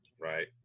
Right